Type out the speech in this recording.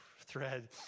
thread